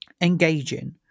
engaging